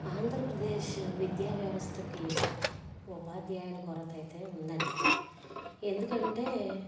ఆంధ్రప్రదేశ్ విద్యావ్యవస్థకి ఉపాధ్యాయుల కొరతైతే ఉందండి ఎందుకంటే